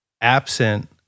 absent